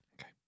Okay